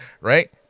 right